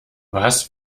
was